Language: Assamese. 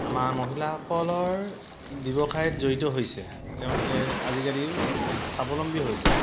আমাৰ মহিলাসকল ব্যৱসায়ত জড়িত হৈছে তেওঁলোকে আজিকালি স্বাৱলম্বী হৈছে